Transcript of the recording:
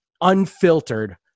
unfiltered